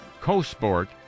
CoSport